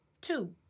Two